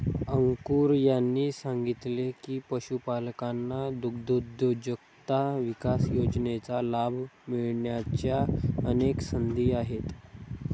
अंकुर यांनी सांगितले की, पशुपालकांना दुग्धउद्योजकता विकास योजनेचा लाभ मिळण्याच्या अनेक संधी आहेत